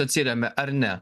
atsiremia ar ne